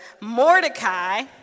Mordecai